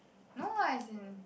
no lah as in